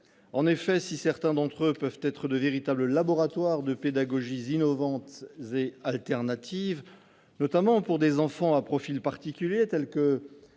même panier. Certains d'entre eux peuvent être de véritables laboratoires de pédagogies innovantes et alternatives, notamment pour des enfants à profil particulier, tels que